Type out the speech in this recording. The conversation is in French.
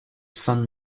san